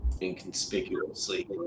inconspicuously